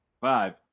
Five